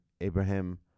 Abraham